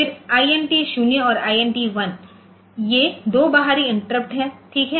फिर INT 0 और INT 1 ये 2 बाहरी इंटरप्ट हैं ठीक